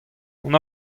hon